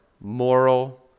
moral